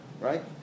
Right